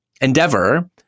endeavor